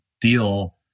deal